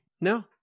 No